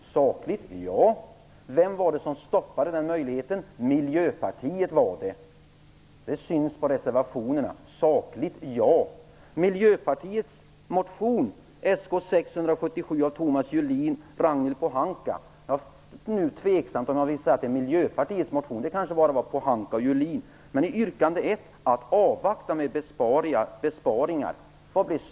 Sakligt? Ja! Vem var det som stoppade den möjligheten? Jo, det var Miljöpartiet. Det framgår av reservationerna. Sakligt? Ja! Julin och Ragnhild Pohanka. Det är kanske tveksamt om man skall säga att det är Miljöpartiets motion. Det kanske bara är Thomas Julins och Ragnhild Pohankas motion. I yrkande 1 talas om att avvakta med besparingar. Vad hände?